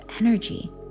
energy